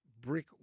brick